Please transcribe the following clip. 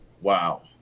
wow